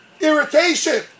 irritation